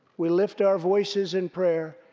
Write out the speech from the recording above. we lift our voices in prayer,